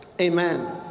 Amen